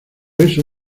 eso